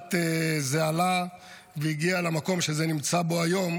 ולאט-לאט זה עלה והגיע למקום שזה נמצא בו היום,